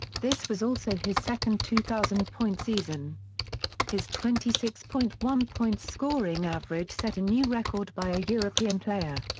this was also his second two thousand point season his twenty six point one points scoring average set a new record by a european player.